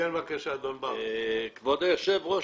כבוד היושב-ראש,